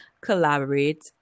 collaborate